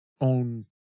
own